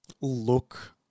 look